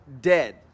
dead